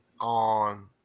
on